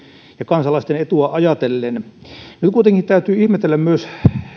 ja kansalaisten etua ajatellen nyt kuitenkin täytyy ihmetellä myös